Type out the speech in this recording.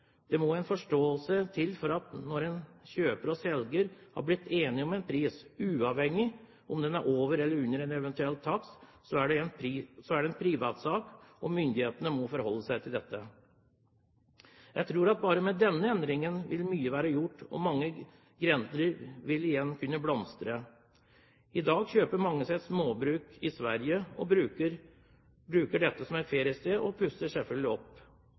det ikke lyser i det hele tatt. Det må bli en forståelse for at når en kjøper og selger har blitt enige om en pris, uavhengig av om den er over eller under en eventuell takst, så er det en privatsak, og myndighetene må forholde seg til dette. Jeg tror at bare med en slik endring vil mye være gjort, og mange grender vil igjen kunne blomstre. I dag kjøper mange seg et småbruk i Sverige. De bruker det som et feriested og pusser det selvfølgelig opp.